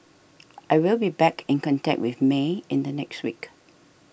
I will be back in contact with May in the next week